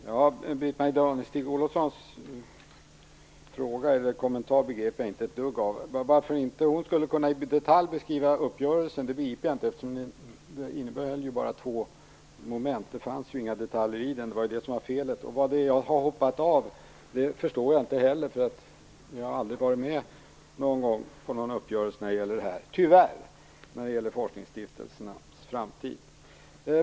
Herr talman! Jag begrep inte ett dugg av Britt Marie Danestig-Olofssons kommentar. Jag begriper inte varför hon inte skulle kunna beskriva uppgörelsen, eftersom den bara innehöll två moment, och det fanns inte några detaljer i den. Det var ju det som var felet med den. Jag förstår inte heller vad jag skulle ha hoppat av, därför att jag har aldrig varit med på någon uppgörelse om forskningsstiftelsernas framtid - tyvärr.